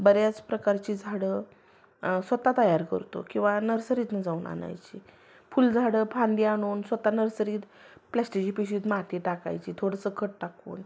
बऱ्याच प्रकारची झाडं स्वत तयार करतो किंवा नर्सरीतनं जाऊन आणायची फुलझाडं फांदी आणून स्वत नर्सरीत प्लॅस्टिकची पिशवीत माती टाकायची थोडंसं खत टाकून